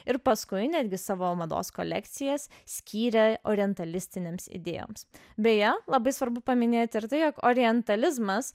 ir paskui netgi savo mados kolekcijas skyrė orientalistinėms idėjoms beje labai svarbu paminėti ir tai jog orientalizmas